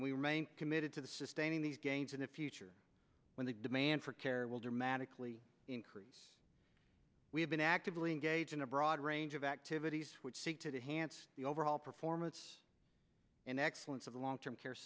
and we remain committed to the sustaining these gains in the future when the demand for care will dramatically increase we have been actively engaged in a broad range of activities which seek to hance the overall performance and excellence of the long term care